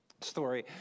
story